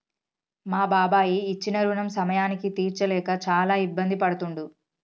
మా బాబాయి ఇచ్చిన రుణం సమయానికి తీర్చలేక చాలా ఇబ్బంది పడుతుండు